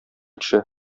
төшә